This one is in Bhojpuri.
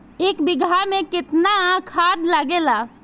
एक बिगहा में केतना खाद लागेला?